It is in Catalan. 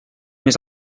més